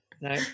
No